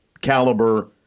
caliber